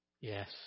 Yes